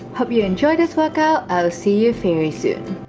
hope you enjoy this workout. i'll see you very soon